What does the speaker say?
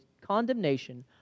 condemnation